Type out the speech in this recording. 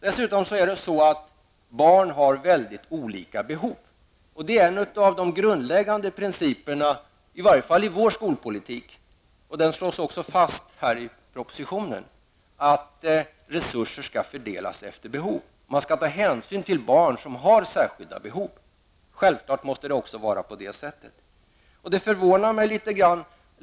Dessutom har barn väldigt olika behov. Det är en av de grundläggande principerna, i varje fall i vår skolpolitik, den slås också fast i propositionen, att resurser skall fördelas efter behov. Man skall ta hänsyn till barn som har särskilda behov. Självklart måste det också vara på det sättet.